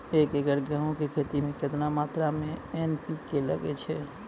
एक एकरऽ गेहूँ के खेती मे केतना मात्रा मे एन.पी.के लगे छै?